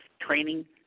training